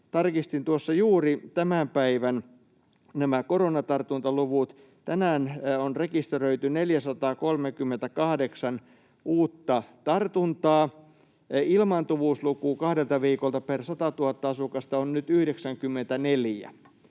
Tarkistin tuossa juuri tämän päivän koronatartuntaluvut. Tänään on rekisteröity 438 uutta tartuntaa. Ilmaantuvuusluku kahdelta viikolta per 100 000 asukasta on nyt 94